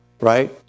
right